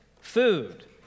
food